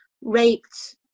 raped